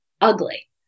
ugly